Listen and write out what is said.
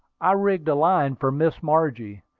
i rigged a line for miss margie,